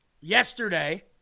Yesterday